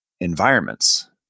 environments